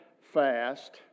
fast